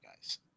guys